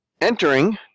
Entering